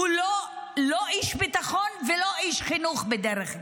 הוא לא איש ביטחון ולא איש חינוך בדרך כלל,